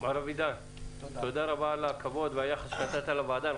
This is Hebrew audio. מר אבידן, תודה רבה על הכבוד והיחס שנתת לוועדה.